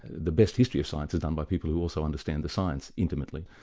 the best history of science is done by people who also understand the science intimately.